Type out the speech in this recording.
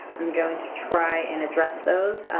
i'm going to try and address those,